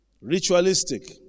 Ritualistic